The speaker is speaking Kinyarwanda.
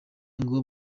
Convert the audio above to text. ngo